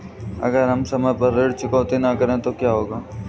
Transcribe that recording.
अगर हम समय पर ऋण चुकौती न करें तो क्या होगा?